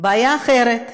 בעיה אחרת,